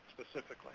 specifically